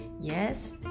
yes